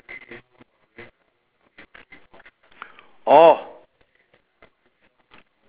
orh